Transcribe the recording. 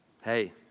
Hey